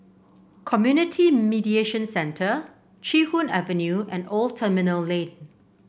Community Mediation Centre Chee Hoon Avenue and Old Terminal Lane